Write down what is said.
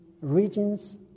regions